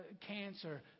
cancer